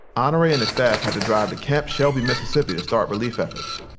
honore and his staff had to drive to camp shelby mississippi to start relief efforts.